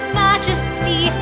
majesty